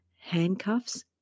handcuffs